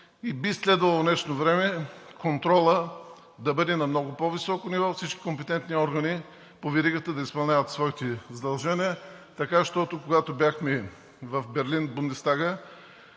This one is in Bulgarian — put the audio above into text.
и би следвало в днешно време контролът да бъде на много по-високо ниво, всички компетентни органи по веригата да изпълняват своите задължения, така щото, когато бяхме в Берлин – в Бундестага